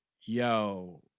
Yo